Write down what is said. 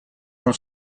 non